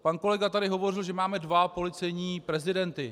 Pan kolega tady hovořil, že máme dva policejní prezidenty.